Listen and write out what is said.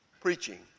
preaching